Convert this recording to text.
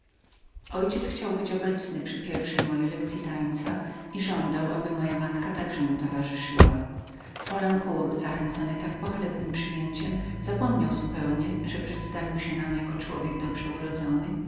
ojciec chciał być obecnym przy pierwszej mojej lekcyi tańca i żądał aby moja matka także mu towarzyszyła folencour zachęcony tak pochlebnem przyjęciem zapomniał zupełnie że przedstawił się nam jako